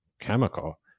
chemical